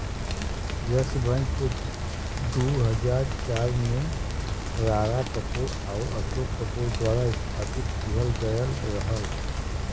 yes Bank के दू हज़ार चार में राणा कपूर आउर अशोक कपूर द्वारा स्थापित किहल गयल रहल